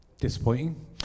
Disappointing